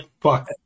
fuck